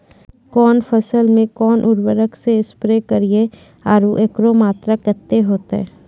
कौन फसल मे कोन उर्वरक से स्प्रे करिये आरु एकरो मात्रा कत्ते होते?